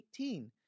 18